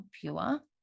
pure